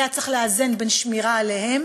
היה צריך לאזן בין שמירה עליהם